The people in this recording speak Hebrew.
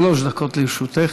שלוש דקות לרשותך.